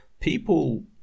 people